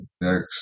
next